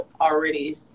already